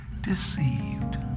deceived